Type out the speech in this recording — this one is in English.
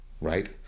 right